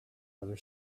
other